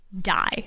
die